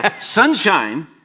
Sunshine